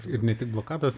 ir ne tik blokados